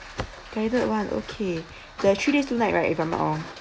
guided one okay there the three days two night right if I'm not wrong